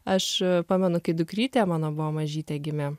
aš pamenu kai dukrytė mano buvo mažytė gimė